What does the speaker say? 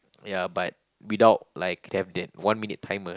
ya but without like them that one minute timer